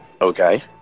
Okay